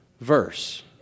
verse